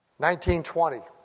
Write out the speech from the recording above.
1920